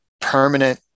permanent